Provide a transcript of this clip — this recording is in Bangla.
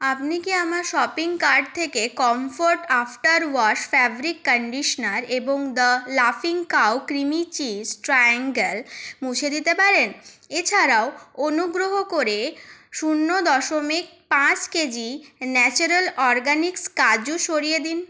আপনি কি আমার শপিং কার্ট থেকে Comfort after wash fabric conditioner এবং দ্য লাফিং কাউ ক্রিমি চিজ ট্রায়াঙ্গল মুছে দিতে পারেন এছাড়াও অনুগ্রহ করে শূন্য দশমিক পাঁচ কেজি ন্যাচারাল অরগ্যানিকস কাজু সরিয়ে দিন